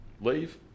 leave